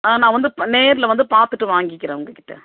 ஆ நான் வந்து ப நேரில் வந்து பார்த்துட்டு வாங்கிக்கிறேன் உங்ககிட்ட